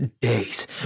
days